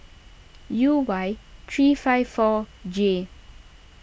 U Y three five four J